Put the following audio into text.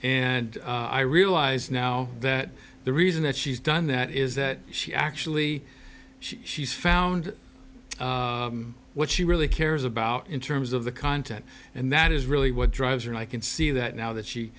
and i realize now that the reason that she's done that is that she actually she's found what she really cares about in terms of the content and that is really what drives her and i can see that now that she